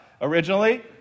originally